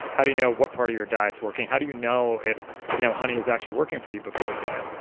how do you know what part of your diet is working? how do you know if you know honey is actually working for you before bed?